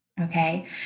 Okay